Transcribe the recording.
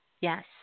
Yes